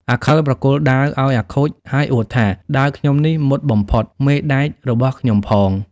អាខិលប្រគល់ដាវឱ្យអាខូចហើយអួតថា “ដាវខ្ញុំនេះមុតបំផុត មេដែករបស់ខ្ញុំផង។